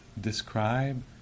describe